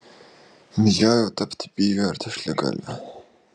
bijojau tapti byviu ar tešlagalviu